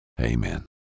Amen